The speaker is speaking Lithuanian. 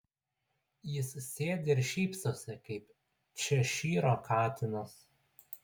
jis sėdi ir šypsosi kaip češyro katinas